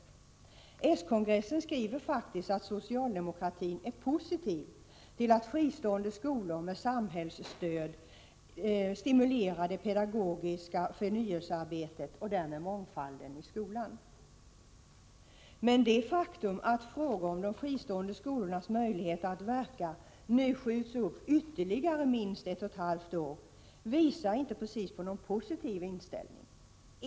Den socialdemokratiska kongressen skriver faktiskt att socialdemokratin är positiv till att fristående skolor med samhällsstöd stimulerar pedagogiskt förnyelsearbete och därmed mångfalden i skolan. Men det faktum att frågan om de fristående skolornas möjlighet att verka nu skjuts upp ytterligare minst ett och ett halvt år visar inte precis på någon positiv inställning.